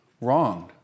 wronged